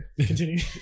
continue